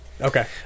Okay